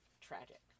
tragic